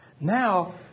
Now